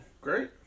Great